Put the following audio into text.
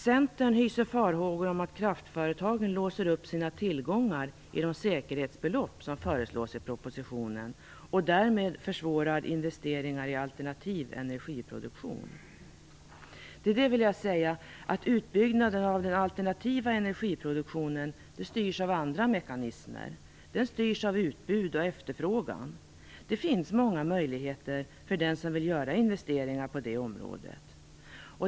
Centern hyser farhågor om att kraftföretagen låser upp sina tillgångar i de säkerhetsbelopp som föreslås i propositionen och därmed försvårar investeringar i alternativ energiproduktion. Till det vill jag säga att utbyggnaden av den alternativa energiproduktionen styrs av andra mekanismer. Den styrs av utbud och efterfrågan. Det finns många möjligheter för den som vill göra investeringar på det området.